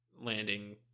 landing